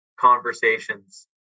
Conversations